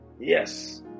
yes